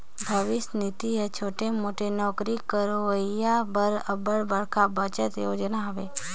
भविस निधि हर छोटे मोटे नउकरी करोइया बर अब्बड़ बड़खा बचत योजना हवे